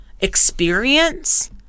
experience